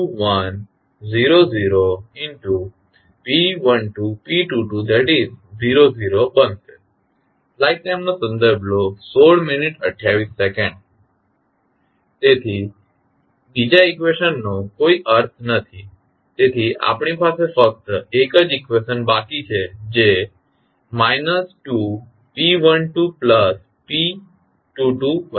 તેથી બીજા ઇકવેશનનો કોઈ અર્થ નથી તેથી આપણી પાસે ફક્ત એક જ ઇકવેશન બાકી છે જે 2p12p220 છે